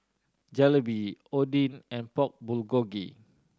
Jalebi Oden and Pork Bulgogi